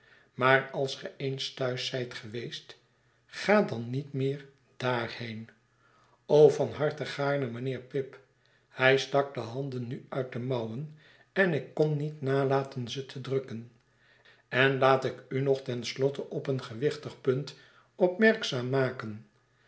maar als ge eens thuis zijt geweest ga dan niet meer daarheen van harte gaarne mijnheer pip hij stak de handen nu uit de mouwen en ik kon niet nalaten ze te drukken en laat ik u nog ten slotte op een gewichtig punt opmerkzaam maken